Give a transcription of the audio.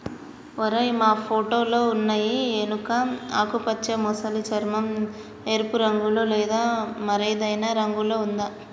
ఓరై మా ఫోటోలో ఉన్నయి ఎనుక ఆకుపచ్చ మసలి చర్మం, ఎరుపు రంగులో లేదా మరేదైనా రంగులో ఉందా